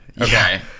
Okay